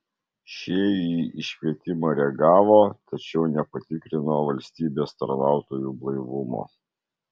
šie į iškvietimą reagavo tačiau nepatikrino valstybės tarnautojų blaivumo